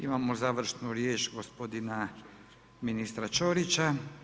Imamo završnu riječ gospodina ministra Ćorića.